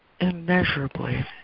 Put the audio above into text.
immeasurably